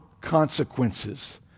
consequences